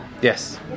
Yes